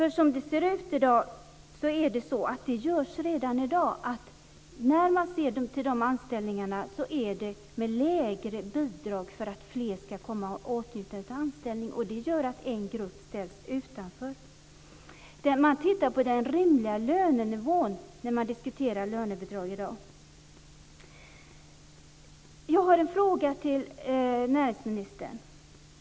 Redan i dag ser man att de anställningarna får lägre bidrag för att fler ska komma i åtnjutande av anställning, och det gör att en grupp ställs utanför. Man tittar på den rimliga lönenivån när man i dag diskuterar lönebidrag. Jag har en fråga till näringsministern.